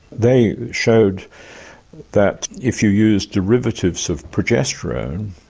they showed that if you used derivatives of progesterone,